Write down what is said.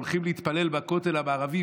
הולכים להתפלל בכותל המערבי,